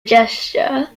gesture